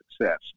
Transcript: success